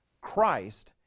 Christ